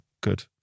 good